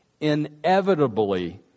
inevitably